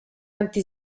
anti